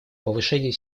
повышению